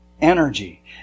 energy